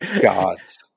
god's